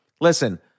listen